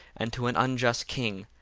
and to an unjust king,